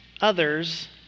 others